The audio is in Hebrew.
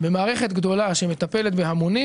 במערכת גדולה שמטפלת בהמונים